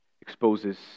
exposes